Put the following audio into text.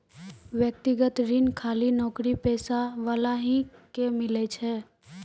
व्यक्तिगत ऋण खाली नौकरीपेशा वाला ही के मिलै छै?